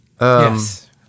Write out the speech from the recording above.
Yes